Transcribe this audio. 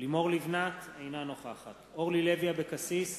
לימור לבנת, אינה נוכחת אורלי לוי אבקסיס,